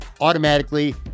automatically